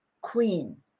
Queen